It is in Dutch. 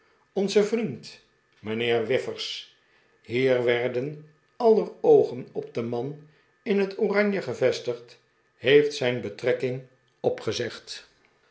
onze vriend mijnheer whiff ers hier werden aller oogen op den man in het oranje gevestigd heeft zijn betrekking opgezegd